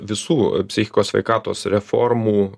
visų psichikos sveikatos reformų